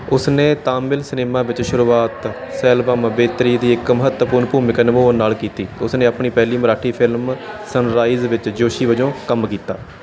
ਉਸਨੇ ਤਾਮਿਲ ਸਿਨੇਮਾ ਵਿੱਚ ਸ਼ੁਰੂਆਤ ਸੇਲਵਮ ਵੇਤਰੀ ਦੀ ਇੱਕ ਮਹੱਤਵਪੂਰਣ ਭੂਮਿਕਾ ਨਿਭਾਉਣ ਨਾਲ ਕੀਤੀ ਉਸਨੇ ਆਪਣੀ ਪਹਿਲੀ ਮਰਾਠੀ ਫਿਲਮ ਸਨਰਾਈਜ਼ ਵਿੱਚ ਜੋਸ਼ੀ ਵਜੋਂ ਵੀ ਕੰਮ ਕੀਤਾ